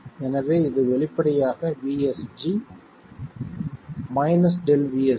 எனவே இது வெளிப்படையாக VSG ΔVSG